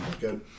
good